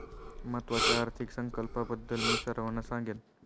महत्त्वाच्या आर्थिक संकल्पनांबद्दल मी सर्वांना सांगेन